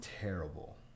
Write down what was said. terrible